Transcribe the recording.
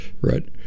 right